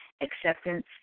acceptance